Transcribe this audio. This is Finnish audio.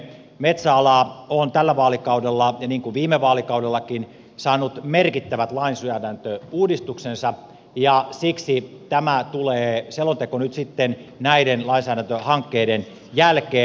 metsäala on tällä vaalikaudella niin kuin viime vaalikaudellakin saanut merkittävät lainsäädäntöuudistuksensa ja siksi tämä selonteko tulee nyt sitten näiden lainsäädäntöhankkeiden jälkeen